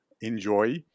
enjoy